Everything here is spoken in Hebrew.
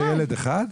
מה, זה רק לילד אחד?